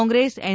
Congress N